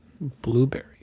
blueberry